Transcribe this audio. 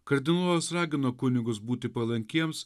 kardinolas ragino kunigus būti palankiems